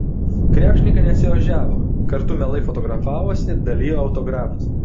krepšininkai nesiožiavo kartu mielai fotografavosi dalijo autografus